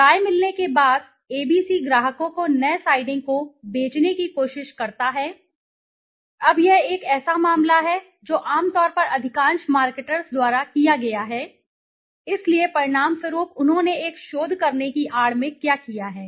राय मिलने के बाद एबीसी ग्राहकों को नए साइडिंग को बेचने की कोशिश करता है अब यह एक ऐसा मामला है जो आम तौर पर अधिकांश मार्केटर्स द्वारा किया गया है इसलिए परिणामस्वरूप उन्होंने कुछ शोध करने की आड़ में क्या किया है